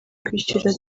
kwishyura